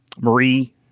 Marie